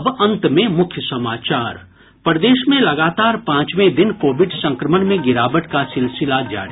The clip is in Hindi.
और अब अंत में मुख्य समाचार प्रदेश में लगातार पांचवें दिन कोविड संक्रमण में गिरावट का सिलसिला जारी